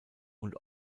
und